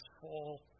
fall